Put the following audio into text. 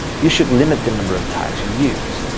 you should limit the number of tags you use.